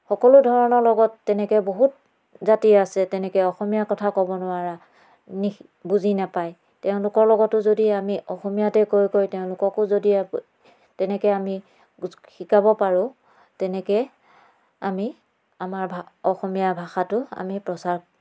সকলো ধৰণৰ লগত তেনেকৈ বহুত জাতি আছ তেনেকৈ অসমীয়া কথা ক'ব নোৱাৰা বুজি নেপায় তেওঁলোকৰ লগতো যদি আমি অসমীয়াতে কৈ কৈ তেওঁলোককো যদি তেনেকৈ আমি শিকাব পাৰোঁ তেনেকৈ আমি আমাৰ ভা অসমীয়া ভাষাটো আমি প্ৰচাৰ